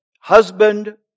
husband